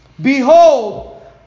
Behold